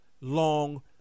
long